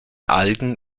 algen